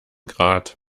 grat